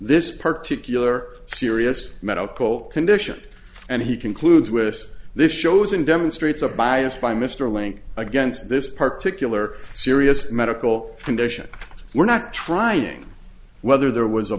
this particular serious medical condition and he concludes with this shows and demonstrates a bias by mr link against this particularly serious medical condition we're not trying whether there was a